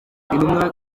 intumwa